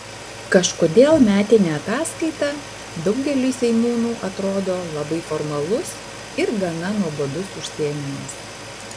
kažkodėl metinė ataskaita daugeliui seimūnų atrodo labai formalus ir gana nuobodus užsiėmimas